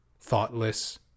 thoughtless